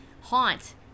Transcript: haunt